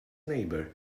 neighbour